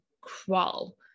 crawl